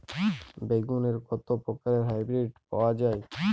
বেগুনের কত প্রকারের হাইব্রীড পাওয়া যায়?